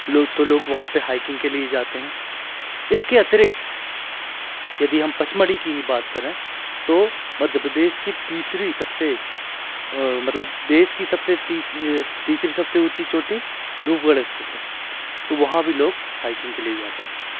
लोग तो लोग वहाँ पर हाइकिंग के लिए जाते हैं इसके अतिरिक्त यदि हम पचमणी की ही बात करें तो मध्य प्रदेश की तीसरी सब से मतलब देश की सब से तीस तीसरी सब से ऊँची चोटी धूपगड़ स्थित है तो वहाँ भी लोग हाइकिंग के लिए जाते हैं